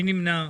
מי נמנע?